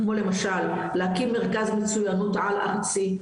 כמו למשל להקים מרכז מצוינות על-ארצי,